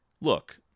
look